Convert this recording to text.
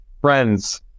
Friends